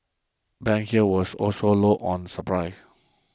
banks here was also low on supply